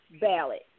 ballot